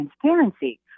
transparency